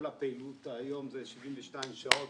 כל הפעילות היום זה 72 שעות,